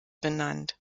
benannt